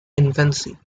infancy